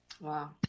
Wow